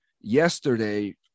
yesterday